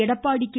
Edappadi K